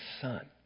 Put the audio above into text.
son